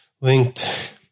linked